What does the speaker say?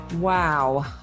Wow